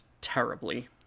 terribly